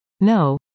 No